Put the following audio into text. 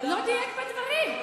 לא דייק בדברים.